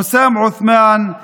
חוסאם עותמאן,